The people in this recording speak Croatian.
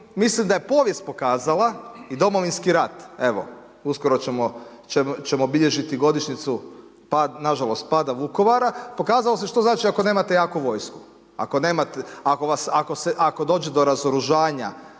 mislim da je povijest pokazala i Domovinski rat evo, uskoro ćemo bilježiti godišnjicu nažalost pada Vukovara, pokazalo se što znači ako nemate jaku vojsku, ako dođe do razoružanja,